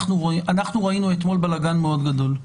אנחנו ראינו אתמול בלגן מאוד גדול.